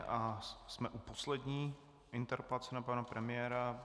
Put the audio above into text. A jsme u poslední interpelace na pana premiéra.